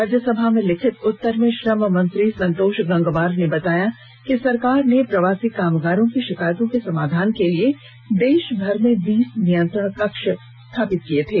राज्यसभा में लिखित उत्तर में श्रम मंत्री संतोष गंगवार ने बताया कि सरकार ने प्रवासी कामगारों की शिकायतों के समाधान के लिए देशभर में बीस नियंत्रण कक्ष स्थापित किए थे